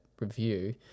review